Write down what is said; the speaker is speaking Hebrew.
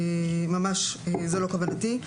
ממש לא זו כוונתי,